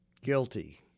Guilty